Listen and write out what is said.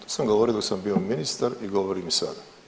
To sam govorio dok sam bio ministar i govorim i sada.